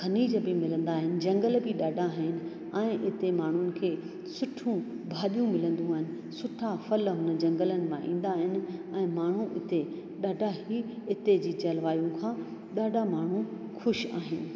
खनिज बि मिलंदा आहिनि झंगल बि ॾाढा आहिनि ऐं इते माण्हुनि खे सुठो भाॼियूं मिलंदियूं आहिनि सुठा फल उन झंगलनि मां ईंदा आहिनि ऐं माण्हू हुते ॾाढा ई उते जी जलवायू खां ॾाढा माण्हू ख़ुशि आहिनि